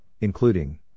including